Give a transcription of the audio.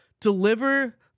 deliver